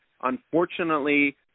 unfortunately